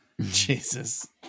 Jesus